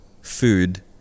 food